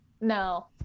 No